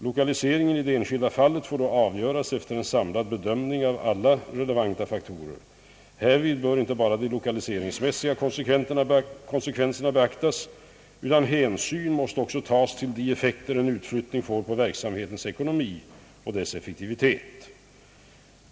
Lokaliseringen i det enskilda fallet får då avgöras efter en samlad bedömning av alla relevanta faktorer. Härvid bör inte bara de lokaliseringsmässiga konsekvenserna beaktas utan hänsyn måste också tas till de effekter en utflyttning får på verksamhetens ekonomi och effektivitet.